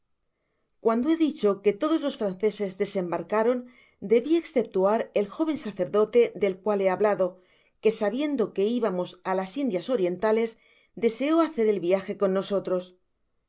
cuando he dicho que todos los franceses desembarcaron debi esceptuar el jóven sacerdote del cual he hablado que sabiendo que ibamos á las indias orientales deseó hacer el viaje con nosotros